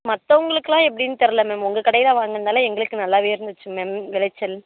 மற்றவுங்களுக்குலாம் எப்படின்னு தெரியல மேம் உங்கள் கடையில் வாங்குனந்தால எங்களுக்கு நல்லாவே இருந்துச்சு மேம் விளைச்சல்